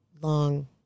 long